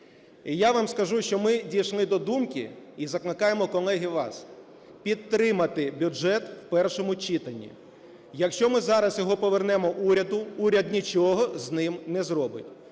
я вам скажу, що ми дійшли до думки і закликаємо, колеги, вас, підтримати бюджет у першому читанні. Якщо ми зараз його повернемо уряду, уряд нічого з ним не зробить.